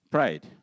Pride